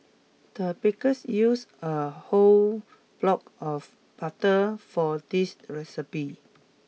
the bakers use a whole block of butter for this recipe